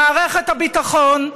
מערכת הביטחון,